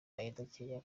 adateganya